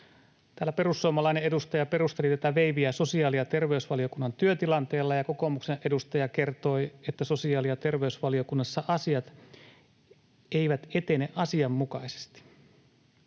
perussuomalainen edustaja perusteli tätä veiviä sosiaali- ja terveysvaliokunnan työtilanteella ja kokoomuksen edustaja kertoi, että sosiaali- ja terveysvaliokunnassa asiat eivät etene asianmukaisesti.